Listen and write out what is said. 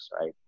right